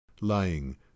lying